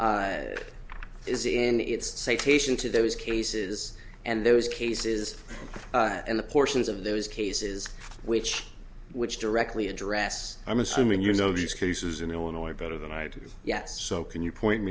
patient to those cases and those cases in the portions of those cases which which directly address i'm assuming you know these cases in illinois better than i do yet so can you point